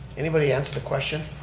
anybody answer the question?